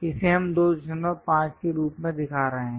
इसे हम 25 के रूप में दिखा रहे हैं